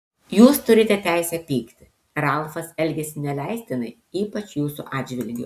jūs turite teisę pykti ralfas elgėsi neleistinai ypač jūsų atžvilgiu